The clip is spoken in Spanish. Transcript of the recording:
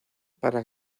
para